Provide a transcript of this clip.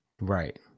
Right